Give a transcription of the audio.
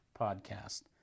podcast